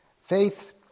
Faith